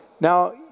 Now